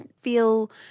feel